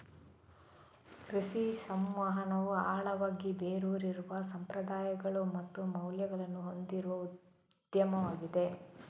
ಕೃಷಿ ಸಂವಹನವು ಆಳವಾಗಿ ಬೇರೂರಿರುವ ಸಂಪ್ರದಾಯಗಳು ಮತ್ತು ಮೌಲ್ಯಗಳನ್ನು ಹೊಂದಿರುವ ಉದ್ಯಮವಾಗಿದೆ